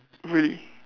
really